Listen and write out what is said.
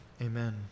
amen